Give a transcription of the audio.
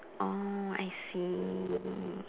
orh I see